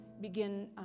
begin